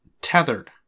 tethered